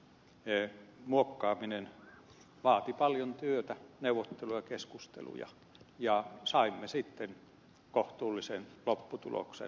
lakiesityksen muokkaaminen vaati paljon työtä neuvotteluja keskusteluja ja saimme sitten kohtuullisen lopputuloksen